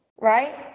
right